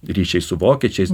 ryšiai su vokiečiais